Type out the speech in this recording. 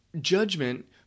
judgment